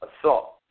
assault